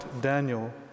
Daniel